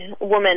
woman